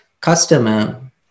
customer